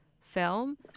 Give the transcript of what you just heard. film